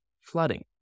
flooding